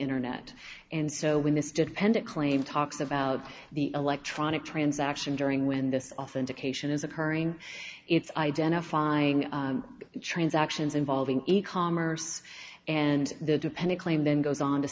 internet and so when this dependent claim talks about the electronic transaction during when this authentication is occurring it's identifying transactions involving e commerce and the dependent claim then go